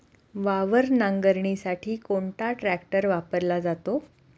वावर नांगरणीसाठी कोणता ट्रॅक्टर वापरला जातो?